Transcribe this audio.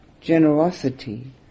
generosity